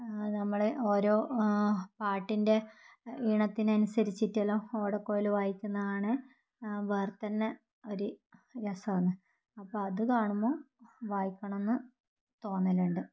നമ്മൾ ഓരോ പാട്ടിൻ്റെ ഈണത്തിനനുസരിച്ചിട്ടെല്ലാം ഓടക്കുഴൽ വായിക്കുന്നതാണ് വേറെത്തന്നെ ഒരു രസമാണ് അപ്പം അത് കാണുമ്പം വായിക്കണമെന്ന് തോന്നലുണ്ട്